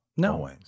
no